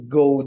go